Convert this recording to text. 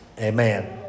Amen